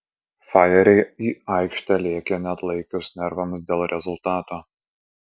fajeriai į aikštę lėkė neatlaikius nervams dėl rezultato